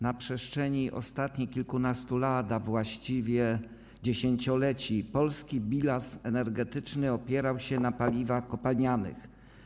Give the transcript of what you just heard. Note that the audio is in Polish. Na przestrzeni ostatnich kilkunastu lat, a właściwie dziesięcioleci, polski bilans energetyczny opierał się na paliwach kopalnianych.